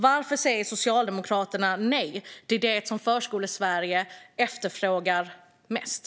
Varför säger Socialdemokraterna nej till det som Förskolesverige efterfrågar mest?